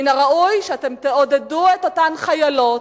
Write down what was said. מן הראוי שתעודדו את אותן חיילות,